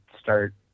start